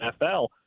NFL